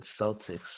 Celtics